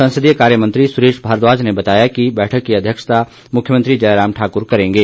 संसदीय कार्यमंत्री सुरेश भारद्वाज ने बताया कि बैठक की अध्यक्षता मुख्यमंत्री जयराम ठाकुर करेंगे